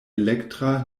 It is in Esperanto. elektra